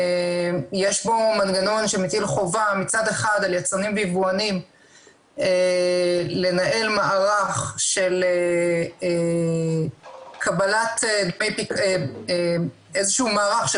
יש בו מנגנון שמטיל חובה מצד אחד על יצרני ויבואנים לנהל איזשהו מערך של